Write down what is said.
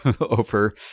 over